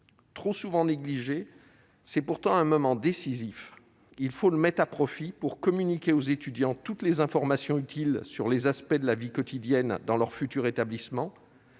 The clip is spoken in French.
Trop souvent négligé, il constitue pourtant un moment décisif : il faut le mettre à profit pour communiquer aux étudiants toutes les informations utiles sur les aspects de la vie quotidienne dans leur futur établissement,